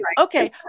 okay